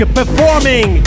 performing